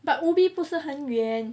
but ubi 不是很远